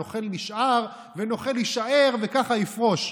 נוכל נשאר ונוכל יישאר וככה יפרוש.